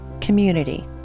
Community